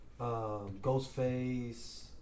Ghostface